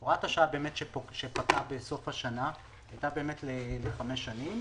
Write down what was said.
הוראת השעה שפקעה בסוף השנה הייתה באמת לחמש שנים,